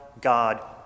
God